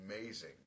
amazing